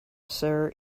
sir